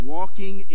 Walking